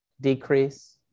decrease